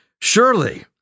Surely